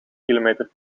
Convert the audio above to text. kilometer